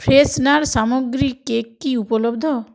freshener সামগ্রী cake কি উপলব্ধ